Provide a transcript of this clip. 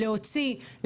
להוציא,